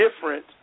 different